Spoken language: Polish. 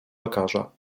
lekarza